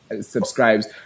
subscribes